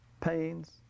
pains